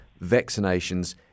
vaccinations